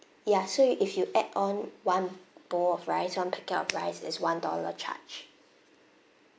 ya so you if you add on one bowl of rice one packet of rice it's one dollar charge